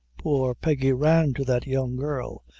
poor peggy ran to that young girl,